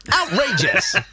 Outrageous